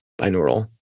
binaural